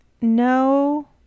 No